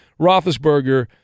Roethlisberger